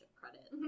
credit